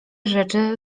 rzeczy